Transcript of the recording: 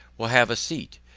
will have a seat.